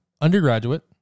undergraduate